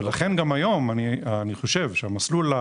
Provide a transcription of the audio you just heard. אני חושב שהמסלול,